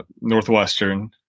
Northwestern